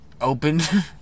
opened